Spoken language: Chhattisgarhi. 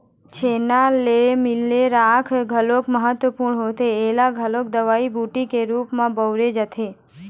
छेना ले मिले राख घलोक महत्वपूर्न होथे ऐला घलोक दवई बूटी के रुप म बउरे जाथे